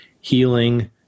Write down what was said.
healing